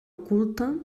culte